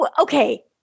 Okay